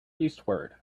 eastward